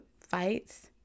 fights